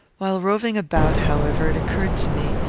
while roving about, however, it occurred to me,